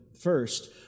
first